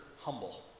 humble